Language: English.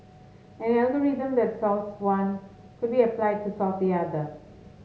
an algorithm that solves one could be applied to solve the other